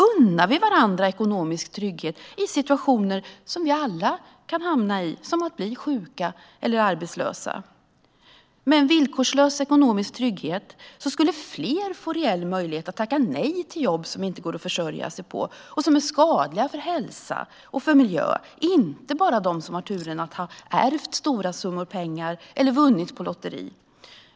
Unnar vi varandra ekonomisk trygghet i sådana situationer som vi alla kan hamna i, som att bli sjuka eller arbetslösa? Med villkorslös ekonomisk trygghet skulle fler få reell möjlighet att tacka nej till jobb som det inte går att försörja sig på och som är skadliga för hälsa och miljö. Det gäller inte bara dem som har haft turen att ha fått ärva stora summor pengar eller vunnit på lotteri.